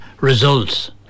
results